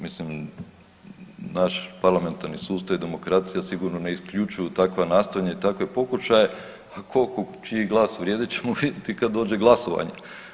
Mislim naš parlamentarni sustav i demokracija sigurno ne isključuju takva nastojanja i pokušaje, a čiji glas vrijedi ćemo vidjeti kad dođe glasovanje.